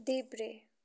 देब्रे